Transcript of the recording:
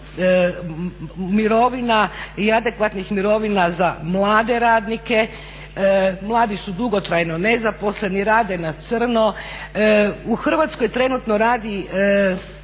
mirovina i adekvatnih mirovina za mlade radnike. Mladi su dugotrajno nezaposleni, rade na crno. U Hrvatskoj trenutno radi